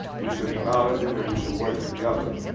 we should acknowledge it and we should work together,